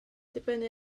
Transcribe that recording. dibynnu